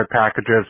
packages